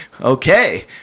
okay